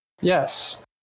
yes